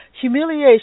humiliation